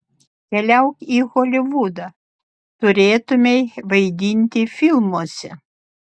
keliauk į holivudą turėtumei vaidinti filmuose